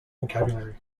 vocabulary